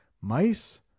Mice